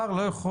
השר לא יכול.